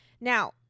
now